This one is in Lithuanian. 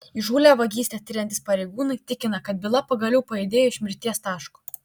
įžūlią vagystę tiriantys pareigūnai tikina kad byla pagaliau pajudėjo iš mirties taško